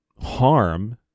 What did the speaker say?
harm